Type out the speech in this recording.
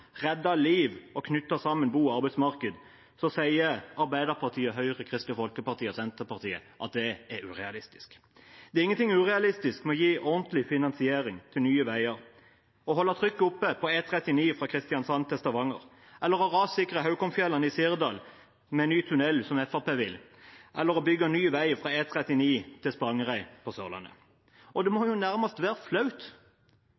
redde liv og knytte sammen bo- og arbeidsmarked, sier Arbeiderpartiet, Høyre, Kristelig Folkeparti og Senterpartiet at det er urealistisk. Det er ingenting urealistisk med å gi ordentlig finansiering til nye veier, å holde trykket oppe på E39 fra Kristiansand til Stavanger, å rassikre Haukomfjellet i Sirdal med ny tunell, som Fremskrittspartiet vil, eller å bygge ny vei fra E39 til Spangereid på Sørlandet. Det må